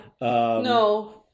no